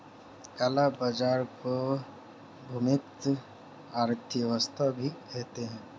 काला बाजार को भूमिगत अर्थव्यवस्था भी कहते हैं